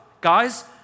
Guys